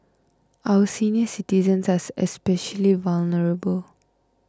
our senior citizens are especially vulnerable